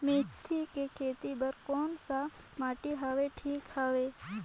मेथी के खेती बार कोन सा माटी हवे ठीक हवे?